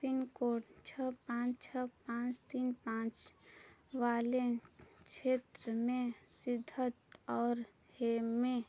pin code छः पाँच छः पाँच तीन पाँच वाले क्षेत्र में